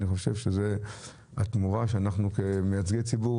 אני חושב שהתמורה שאנחנו כמייצגי ציבור